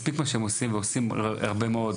מספיק מה שהם עושים והם עושים הרבה מאוד,